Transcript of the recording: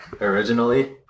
originally